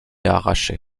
arraché